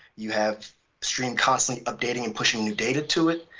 you have stream constantly updating and pushing new data to it.